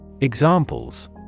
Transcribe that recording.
Examples